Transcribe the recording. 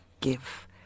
give